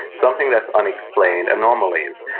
something that's unexplained, anomalies,